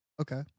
okay